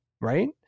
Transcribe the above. right